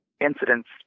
incidents